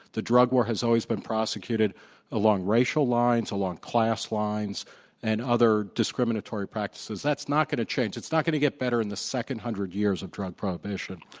the drug war has always been prosecuted along racial lines, along class lines and other discriminatory practices. that's not going to change. it's not going to get better in the second hundred years of drug prohibition.